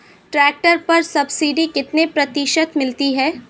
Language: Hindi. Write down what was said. ट्रैक्टर पर सब्सिडी कितने प्रतिशत मिलती है?